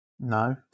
No